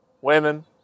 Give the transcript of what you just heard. women